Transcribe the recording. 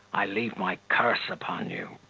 i leave my curse upon you,